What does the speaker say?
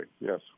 yes